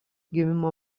gimimo